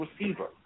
receiver